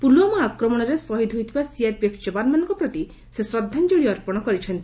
ପୁଲୱାମା ଆକ୍ରମଣରେ ଶହୀଦ ହୋଇଥିବା ସିଆର୍ପିଏଫ୍ ଯବାନମାନଙ୍କ ପ୍ରତି ସେ ଶ୍ରଦ୍ଧାଞ୍ଜଳି ଅର୍ପଣ କରିଛନ୍ତି